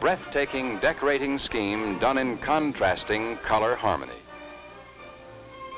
breathtaking decorating scheme done in contrast ing color harmony